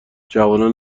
جوانان